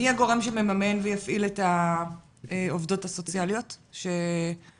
מי הגורם שמממן ויפעיל את העובדות הסוציאליות שילוו?